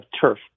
turf